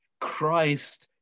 Christ